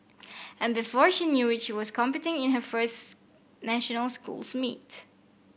and before she knew it she was competing in her first national schools meet